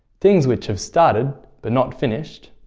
things which have started but not finished